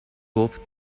گفت